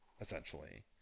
essentially